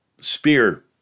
spear